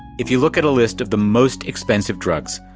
if you look at a list of the most expensive drugs,